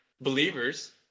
believers